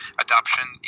adoption